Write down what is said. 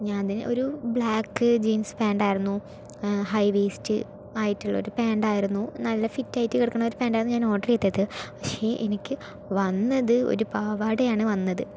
ഞാൻ ഒരു black jeans പാൻറ്റായിരുന്നു ഹൈ വൈസ്റ്റ് ആയിട്ടുള്ള ഒരു പാൻറ്റ് ആയിരുന്നു നല്ല ഫിറ്റായിട്ട് കിടക്കുന്ന ഒരു പാൻറ്റ് ആയിരുന്നു ഞാൻ ഓർഡർ ചെയ്തത് പക്ഷെ എനിക്ക് വന്നത് ഒരു പാവാടയാണ് വന്നത്